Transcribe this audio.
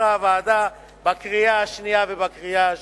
שאישרה הוועדה בקריאה השנייה ובקריאה השלישית.